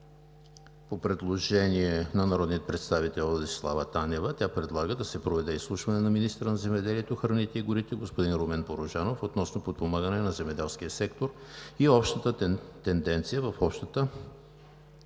по предложение от народния представител Десислава Танева. Тя предлага да се проведе изслушване на министъра на земеделието, храните и горите господин Румен Порожанов относно подпомагане на земеделския сектор и общата тенденция в Общата